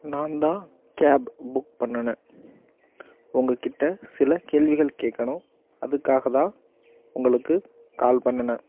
நான் தான் cab book பண்ணுனேன் உங்ககிட்ட சில கேள்விகள் கேட்கணும் அதுக்காக தான் உங்களுக்கு கால் பண்ணுனேன்